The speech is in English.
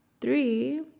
Three